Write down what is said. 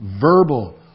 verbal